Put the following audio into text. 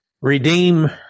redeem